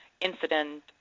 incident